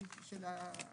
בבקשה.